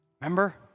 Remember